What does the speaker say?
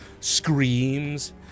screams